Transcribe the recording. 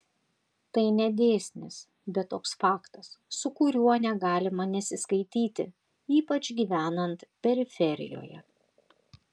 tai ne dėsnis bet toks faktas su kuriuo negalima nesiskaityti ypač gyvenant periferijoje